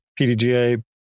PDGA